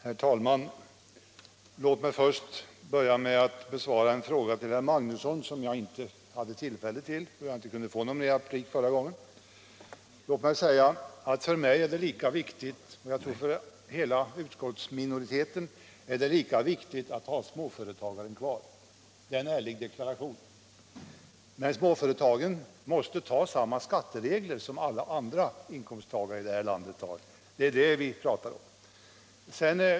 Herr talman! Låt mig först besvara en av herr Magnussons frågor, som jag inte hann med i det förra replikskiftet. För mig och för hela utskottsminoriteten är det lika viktigt att ha småföretagen kvar. Det är en ärlig deklaration. Men småföretagen måste följa samma skatteregler som alla andra inkomsttagare här i landet. Det är den saken vi talar om.